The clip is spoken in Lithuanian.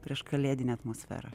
prieškalėdinę atmosferą